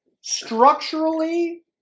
Structurally